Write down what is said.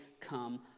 come